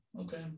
Okay